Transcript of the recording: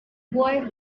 boy